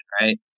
right